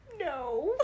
no